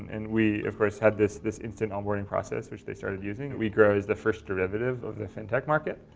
and we, of course, had this this instant on-boarding process, which they started using. we grow as the first derivative of the fintech market.